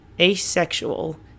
asexual